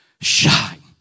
Shine